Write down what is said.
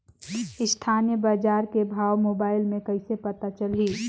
स्थानीय बजार के भाव मोबाइल मे कइसे पता चलही?